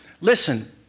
listen